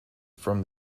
from